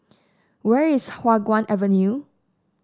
where is Hua Guan Avenue